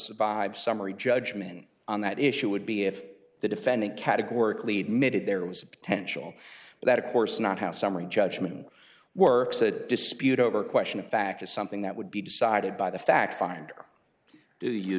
survive summary judgment on that issue would be if the defendant categorically admitted there was a potential but that of course not how summary judgment works a dispute over a question of fact is something that would be decided by the fact finder do you